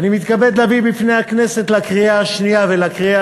אני מתכבד להביא בפני הכנסת לקריאה השנייה ולקריאה